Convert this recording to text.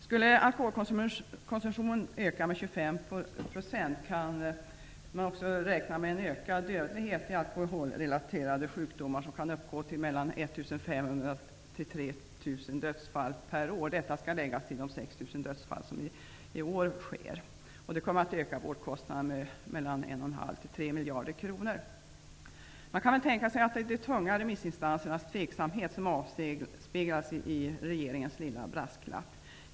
Skulle alkoholkonsumtionen öka med 25 % kan man också räkna med en ökad dödlighet i alkoholrelaterade sjukdomar med 1 500 till 3 000 dödsfall per år. Detta skall läggas till de 6 000 dödsfall som inträffar i år. Det kommer att öka vårdkostnaderna med 1,5--3 miljarder kronor. Man kan väl tänka sig att det är de tunga remissinstansernas tveksamhet som avspeglas i regeringens lilla brasklapp.